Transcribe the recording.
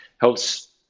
helps